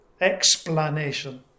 explanation